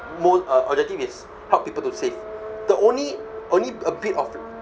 mor~ uh objective is help people to save the only only a bit of